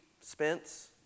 Spence